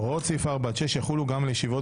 הוראות סעיף 4 עד 6 יחולו גם על ישיבות